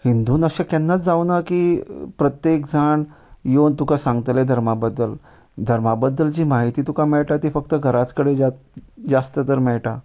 हिंदून अशें केन्नाच जावना की प्रत्येक जाण येवन तुका सांगतले धर्मा बद्दल धर्मा बद्दल जी म्हायती तुका मेळटा ती फक्त घराच कडेन जास्त तर मेळटा